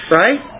right